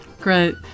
Great